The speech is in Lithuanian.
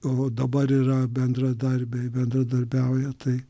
o dabar yra bendradarbiai bendradarbiauja tai